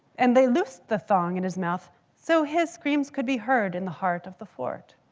and they loosed the thong in his mouth so his screams could be heard in the heart of the fort.